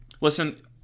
Listen